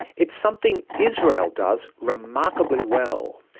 it's something israel does remarkably well.